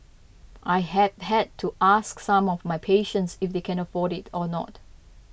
I have had to ask some of my patients if they can afford it or not